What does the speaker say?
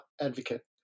advocate